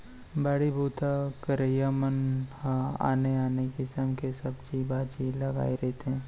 बाड़ी बूता करइया मन ह आने आने किसम के सब्जी भाजी लगाए रहिथे